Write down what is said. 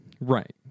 Right